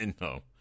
No